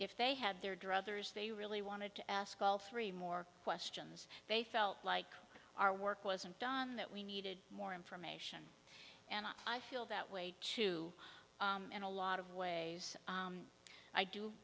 if they had their druthers they really wanted to ask all three more questions they felt like our work wasn't done that we needed more information and i feel that way too in a lot of ways i do